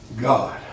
God